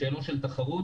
שאלות של תחרות,